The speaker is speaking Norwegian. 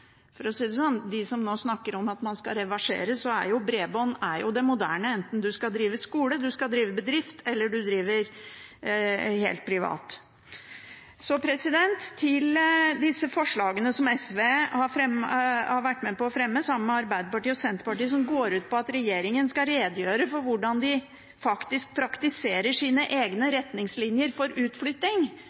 for å si det sånn. For dem som nå snakker om at man skal reversere: Bredbånd er det moderne enten man skal drive skole, drive bedrift – eller helt privat. Til disse forslagene som SV har vært med på å fremme sammen med Arbeiderpartiet og Senterpartiet, som går ut på at regjeringen skal redegjøre for hvordan de faktisk praktiserer sine egne retningslinjer for utflytting,